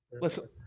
Listen